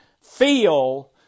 feel